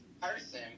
person